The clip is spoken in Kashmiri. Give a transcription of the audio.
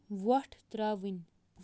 وۄٹھ ترٛاوٕنۍ